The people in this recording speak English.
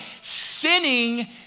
sinning